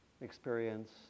experience